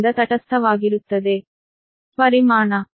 ಅದು ಮ್ಯಾಗ್ನಿಟ್ಯೂಡ್ ಆಗಿದೆ